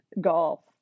golf